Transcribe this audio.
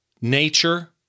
nature